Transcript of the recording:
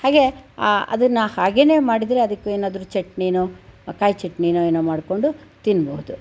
ಹಾಗೆ ಆ ಅದನ್ನು ಹಾಗೇನೆ ಮಾಡಿದರೆ ಅದಕ್ಕೆನಾದರು ಚಟ್ನಿನೊ ಕಾಯಿ ಚಟ್ನಿನೊ ಏನೋ ಮಾಡಿಕೊಂಡು ತಿನ್ಬೋದು